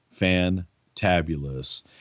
fantabulous